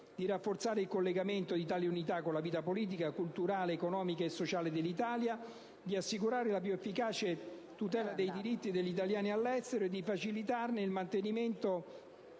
di rafforzare il collegamento di tali comunità con la vita politica, culturale, economica e sociale dell'Italia, di assicurare la più efficace tutela dei diritti degli italiani all'estero e di facilitarne il mantenimento